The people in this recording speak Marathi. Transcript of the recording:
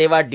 सेवा डी